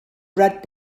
bread